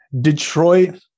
Detroit